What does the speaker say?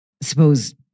suppose